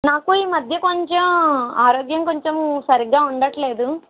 నాకు ఈమధ్య కొంచెం ఆరోగ్యం కొంచెం సరిగ్గా ఉండట్లేదు